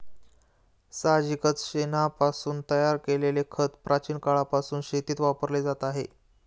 साहजिकच शेणापासून तयार केलेले खत प्राचीन काळापासून शेतीत वापरले जात आहे